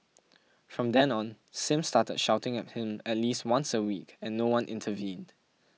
from then on Sim started shouting at him at least once a week and no one intervened